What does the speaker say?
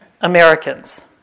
Americans